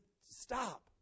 stop